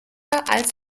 als